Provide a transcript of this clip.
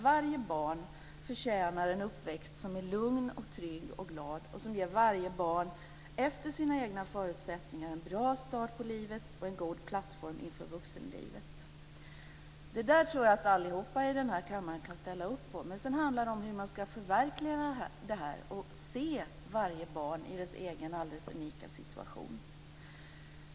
Varje barn förtjänar en uppväxt som är lugn, trygg och glad och som efter vars och ens förutsättningar ger en bra start på livet och en god plattform inför vuxenlivet. Det tror jag att alla i den här kammaren kan ställa upp på. Men sedan handlar det om hur man ska förverkliga det här och se varje barn i dess egen, alldeles unika situation.